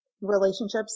relationships